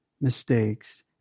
mistakes